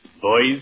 Boys